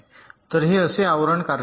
तर हे असे आहे आवरण कार्य करते